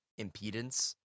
impedance